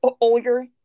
older